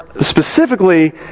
specifically